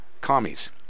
commies